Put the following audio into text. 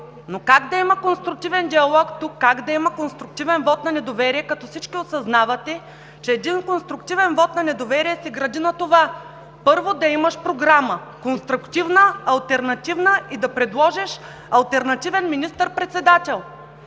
Но как да има конструктивен диалог тук, как да има конструктивен вот на недоверие като всички осъзнавате, че един конструктивен вот на недоверие се гради на това, първо, да имаш програма – конструктивна, алтернативна, и да предложиш алтернативен министър-председател?